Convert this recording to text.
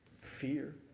fear